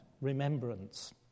remembrance